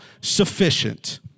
sufficient